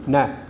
न